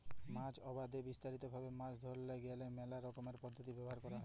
মাছ আবাদে বিস্তারিত ভাবে মাছ ধরতে গ্যালে মেলা রকমের পদ্ধতি ব্যবহার ক্যরা হ্যয়